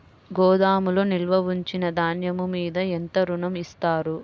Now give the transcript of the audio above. గోదాములో నిల్వ ఉంచిన ధాన్యము మీద ఎంత ఋణం ఇస్తారు?